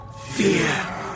Fear